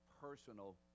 personal